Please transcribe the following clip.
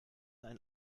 einen